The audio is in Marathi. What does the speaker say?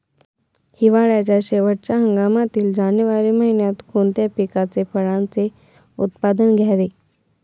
हिवाळ्याच्या शेवटच्या हंगामातील जानेवारी महिन्यात कोणत्या पिकाचे, फळांचे उत्पादन घ्यावे?